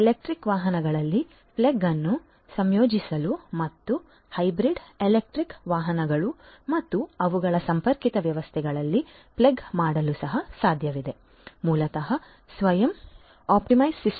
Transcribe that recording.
electric ವಾಹನಗಳಲ್ಲಿ plug ಅನ್ನು ಸಂಯೋಜಿಸಲು ಮತ್ತು ಹೈಬ್ರಿಡ್ ಎಲೆಕ್ಟ್ರಿಕ್ ವಾಹನಗಳು ಮತ್ತು ಅವುಗಳ ಸಂಪರ್ಕಿತ ವ್ಯವಸ್ಥೆಗಳಲ್ಲಿ ಪ್ಲಗ್ ಮಾಡಲು ಸಹ ಸಾಧ್ಯವಿದೆ ಮೂಲತಃ ಸ್ವಯಂ ಆಪ್ಟಿಮೈಸ್ಡ್ ಸಿಸ್ಟಮ್ ಅನ್ನು ಹೊಂದಲು ಸಹ ಸಾಧ್ಯವಿದೆ